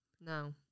no